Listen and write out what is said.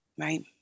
Right